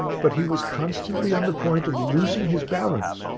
but he was constantly on the point of losing his balance,